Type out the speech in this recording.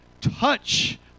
touch